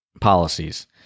policies